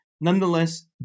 nonetheless